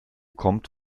kommt